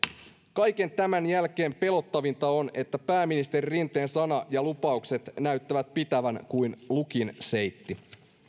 kaiken tämän jälkeen pelottavinta on että pääministeri rinteen sana ja lupaukset näyttävät pitävän kuin lukin seitti